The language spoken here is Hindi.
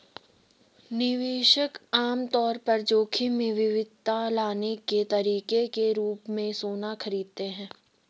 निवेशक आम तौर पर जोखिम में विविधता लाने के तरीके के रूप में सोना खरीदते हैं